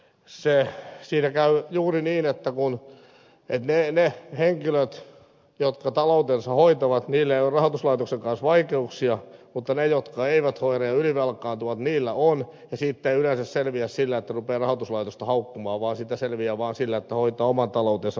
siinä käy juuri niin että niillä henkilöillä jotka taloutensa hoitavat ei ole rahoituslaitoksen kanssa vaikeuksia mutta niillä jotka eivät hoida ja ylivelkaantuvat vaikeuksia on ja siitä ei yleensä selviä sillä että rupeaa rahoituslaitosta haukkumaan vaan siitä selviää vain sillä että hoitaa oman taloutensa kuntoon